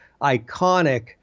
iconic